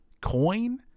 coin